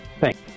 Thanks